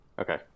Okay